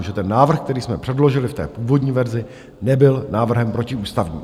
Že ten návrh, který jsme předložili v té původní verzi, nebyl návrhem protiústavním.